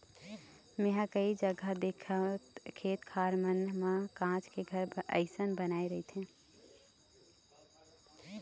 मेंहा कई जघा देखथव खेत खार मन म काँच के घर असन बनाय रहिथे